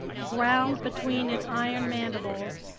ground between its iron mandibles,